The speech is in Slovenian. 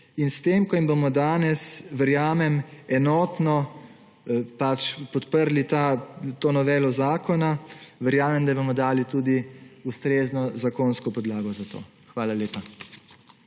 In s tem, ko bomo danes, verjamem, enotno podprli to novelo zakona, verjamem, da ji bomo dali tudi ustrezno zakonsko podlago za to. Hvala lepa.